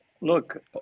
look